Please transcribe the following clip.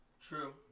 True